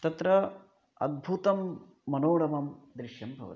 तत्र अद्भुतं मनोरमं दृश्यं भवति